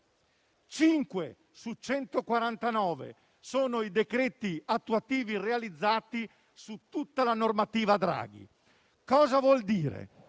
su 149 sono i decreti attuativi realizzati su tutta la normativa Draghi. Che cosa vuol dire